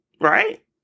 right